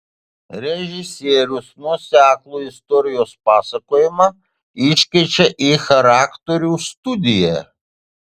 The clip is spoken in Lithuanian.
režisierius nuoseklų istorijos pasakojimą iškeičia į charakterių studiją